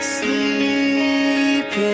Sleeping